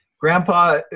grandpa